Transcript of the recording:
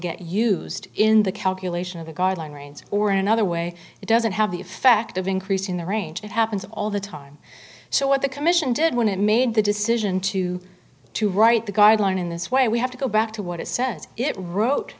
get used in the calculation of the guidelines or in another way it doesn't have the effect of increasing the range it happens all the time so what the commission did when it made the decision to to write the guideline in this way we have to go back to what it sends it wrote